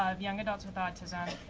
um young adults with autism,